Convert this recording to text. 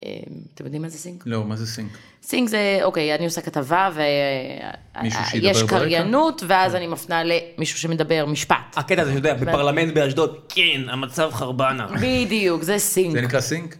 אתם יודעים מה זה סינק? לא, מה זה סינק? סינק זה, אוקיי, אני עושה כתבה, ויש קריינות, ואז אני מפנה למישהו שמדבר משפט. הקטע זה שבפרלמנט באשדוד, כן, המצב חרבנה. בדיוק, זה סינק. זה נקרא סינק?